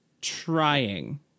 trying